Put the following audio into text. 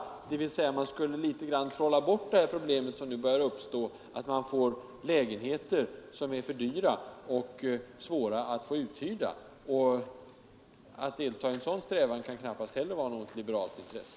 Dvs. man skulle i någon mån trolla bort det här problemet som nu börjar uppstå, nämligen att man får lägenheter som är för dyra och svåra att få uthyrda. Att delta i en sådan strävan kan knappast heller vara något liberalt intresse.